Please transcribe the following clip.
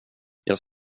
jag